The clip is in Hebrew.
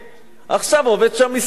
עכשיו עובד שם מסתנן.